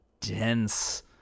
dense